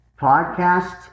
podcast